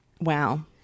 Wow